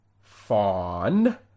fawn